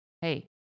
Hey